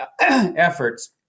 efforts